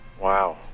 Wow